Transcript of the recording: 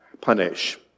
punish